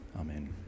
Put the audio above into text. Amen